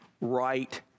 right